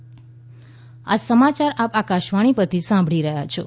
corona appeal આ સમાચાર આપ આકાશવાણી પરથી સાંભળી રહ્યા છો